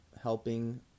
helping